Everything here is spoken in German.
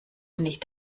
nicht